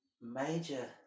major